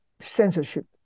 censorship